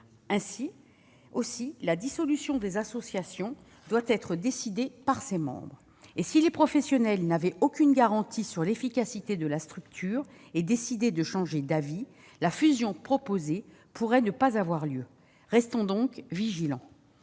Aussi la dissolution des associations doit-elle être décidée par ses membres. Si les professionnels n'avaient aucune garantie sur l'efficacité de la structure et décidaient de ce fait de changer d'avis, la fusion proposée pourrait ne pas avoir lieu. Restons donc vigilants.